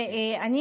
תודה, גברתי.